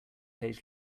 page